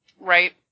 Right